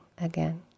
again